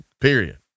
period